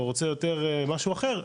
רוצה משהו אחר,